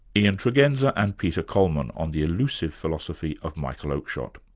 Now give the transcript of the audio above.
ian tregenza and peter coleman on the elusive philosophy of michael oakeshott.